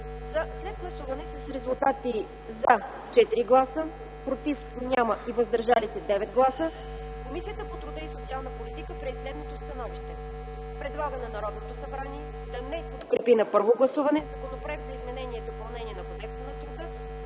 След гласуване с резултати: „за” – 4 гласа, „против” няма и „въздържали се” – 9 гласа, Комисията по труда и социалната политика прие следното становище: Предлага на Народното събрание да не подкрепи на първо гласуване Законопроект за изменение и допълнение на Кодекса на труда,